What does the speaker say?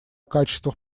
качествах